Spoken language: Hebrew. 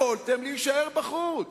יכולתם להישאר בחוץ,